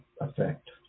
effect